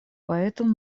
поэтому